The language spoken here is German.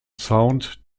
sound